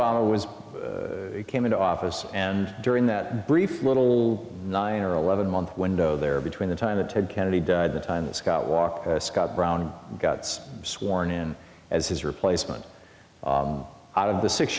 was came into office and during that brief little nine or eleven month window there between the time that ted kennedy died the time that scott walker scott brown guts sworn in as his replacement out of the six